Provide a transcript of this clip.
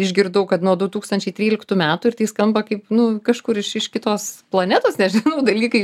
išgirdau kad nuo du tūkstančiai tryliktų metų ir tai skamba kaip nu kažkur iš iš kitos planetos nežinau dalykai